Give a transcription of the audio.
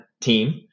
team